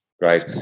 right